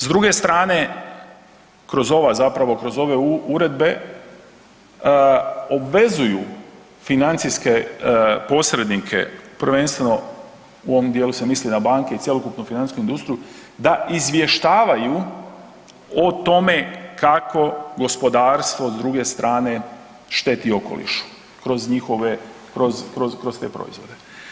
S druge strane, kroz ova, zapravo kroz ove uredbe obvezuju financijske posrednike, prvenstveno u ovom dijelu se misli na banke i cjelokupnu financijsku industriju, da izvještavaju o tome kako gospodarstvo s druge strane šteti okolišu kroz njihove, kroz, kroz, kroz te proizvode.